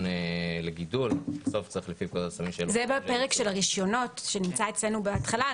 לגידול --- זה בפרק של הרישיונות שנמצא בהתחלה.